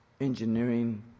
engineering